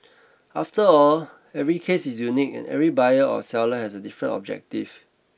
after all every case is unique and every buyer or seller has a different objective